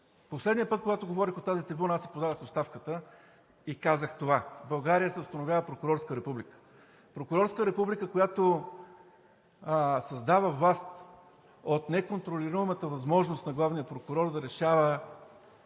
Последния път, когато говорих от тази трибуна, аз си подадох оставката и казах: „В България се установява прокурорска република“ – прокурорска република, която създава власт от неконтролируемата възможност главният прокурор да решава